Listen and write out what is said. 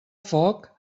foc